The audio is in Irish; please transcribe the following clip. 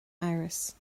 amhras